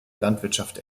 landwirtschaft